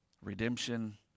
Redemption